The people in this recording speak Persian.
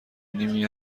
نیمی